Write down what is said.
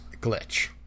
glitch